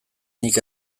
nik